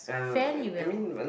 fairly well